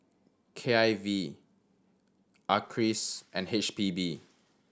K I V Acres and H P B